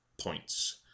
points